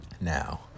Now